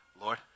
Lord